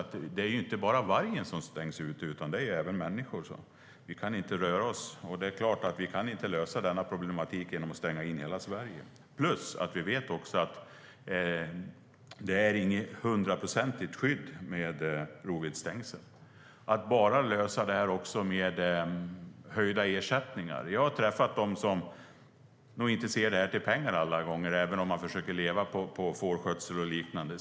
Det är alltså inte bara vargen som stängs ute utan även människor. Vi kan inte röra oss fritt. Det är klart att vi inte kan lösa denna problematik genom att stänga in hela Sverige, plus att vi vet att rovdjursstängsel inte ger ett hundraprocentigt skydd. Det går inte att lösa problemet bara med höjda ersättningar. Jag har träffat dem som nog inte ser till pengar alla gånger, även om de försöker leva på fårskötsel och liknande.